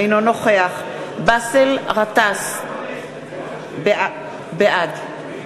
אינו נוכח באסל גטאס, בעד דני